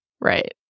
Right